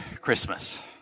Christmas